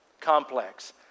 complex